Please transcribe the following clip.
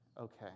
Okay